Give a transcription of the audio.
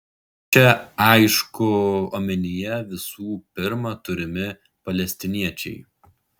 čia aišku omenyje visų pirma turimi palestiniečiai